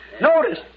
Notice